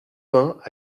vingt